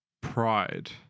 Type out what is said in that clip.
pride